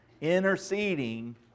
interceding